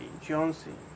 Johnson